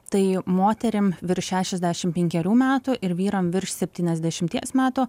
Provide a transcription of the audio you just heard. tai moterim virš šešiasdešimt penkerių metų ir vyrams virš septyniasdešimties metų